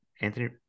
Anthony